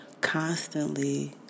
constantly